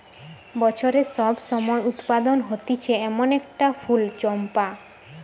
বছরের সব সময় উৎপাদন হতিছে এমন একটা ফুল চম্পা